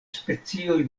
specioj